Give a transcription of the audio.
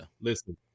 Listen